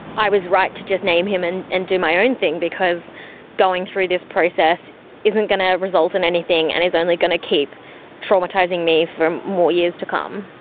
i was right to just name him and and do my own thing because going through this process isn't going to result in anything and is only going to keep traumatising me for more years to come.